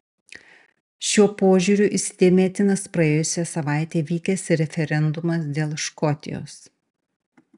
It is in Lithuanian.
šiuo požiūriu įsidėmėtinas praėjusią savaitę vykęs referendumas dėl škotijos